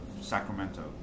Sacramento